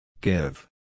Give